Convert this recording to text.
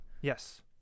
Yes